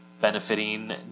benefiting